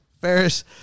Ferris